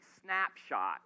snapshot